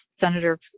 Senator